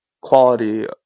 quality